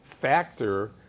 factor